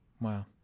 Wow